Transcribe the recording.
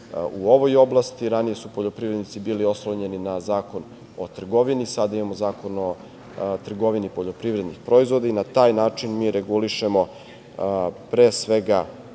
u ovoj oblasti. Ranije su poljoprivrednici bili oslonjeni na Zakon o trgovini, sada imamo Zakon o trgovini poljoprivrednih proizvoda i na taj način mi možemo da